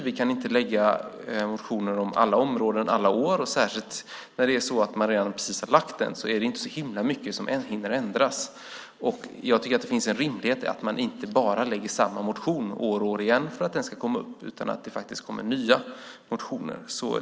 Vi kan inte lägga fram motioner inom alla områden under alla år, och särskilt när vi precis har lagt fram en är det inte så väldigt mycket som hinner ändras. Jag tycker att det finns en rimlighet i att man inte bara väcker samma motion år ut och år in utan att det faktiskt kommer nya motioner.